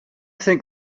think